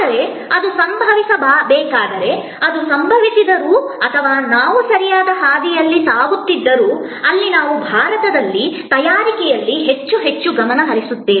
ಆದರೆ ಅದು ಸಂಭವಿಸಬೇಕಾದರೂ ಅದು ಸಂಭವಿಸಿದರೂ ಮತ್ತು ನಾವು ಸರಿಯಾದ ಹಾದಿಯಲ್ಲಿ ಸಾಗಬೇಕು ನಾವು ಭಾರತದಲ್ಲಿ ತಯಾರಿಕೆಯಲ್ಲಿ ಹೆಚ್ಚು ಹೆಚ್ಚು ಗಮನ ಹರಿಸಬೇಕಾಗಿದೆ